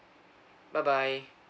bye bye